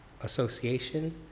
association